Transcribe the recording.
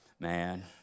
Man